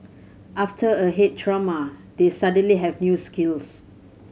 after a head trauma they suddenly have new skills